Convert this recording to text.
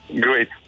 great